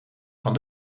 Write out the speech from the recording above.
van